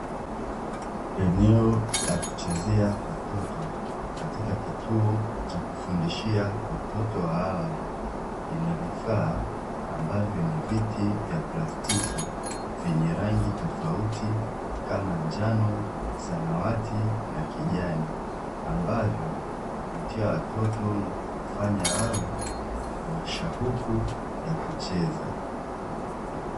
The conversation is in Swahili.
Eneo la kuchezea watoto katika kituo cha kufundishia watoto wa awali, lina vifaa ambavyo ni viti vya plastiki vyenye rangi tofauti kama: njano, samawati na kijani; ambavyo huvutia watoto na kuwafanya wawe na shauku ya kucheza.